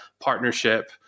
partnership